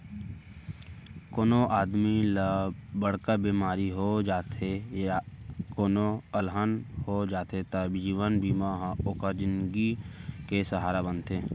कोनों आदमी ल बड़का बेमारी हो जाथे या कोनों अलहन हो जाथे त जीवन बीमा ह ओकर जिनगी के सहारा बनथे